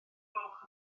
gloch